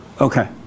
Okay